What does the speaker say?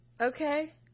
Okay